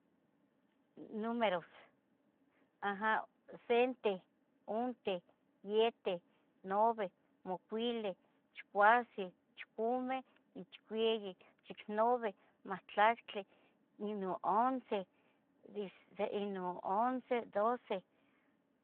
Números, aha, senteh, unteh, yieteh, nabeh, macuileh, chicuase, chicume, chicueyi, chicnabe, mahtlactle, ino once, ise ino once, doce,